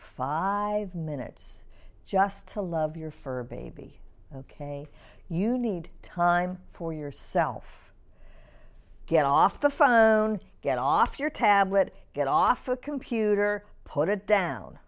five minutes just to love your fur baby ok you need time for yourself get off the phone get off your tablet get off the computer put it down